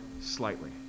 slightly